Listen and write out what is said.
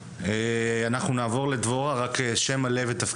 אנחנו נעבור לדבורה מרגוליס, בבקשה.